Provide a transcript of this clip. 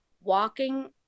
walking